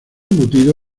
embutido